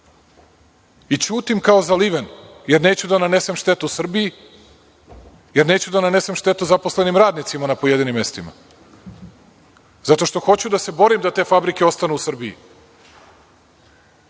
i ćutim kao zaliven, jer neću da nanesem štetu Srbiji, jer neću da nanesem štetu zaposlenim radnicima na pojedinim mestima, zato što hoću da se borim da te fabrike ostanu u